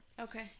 okay